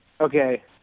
Okay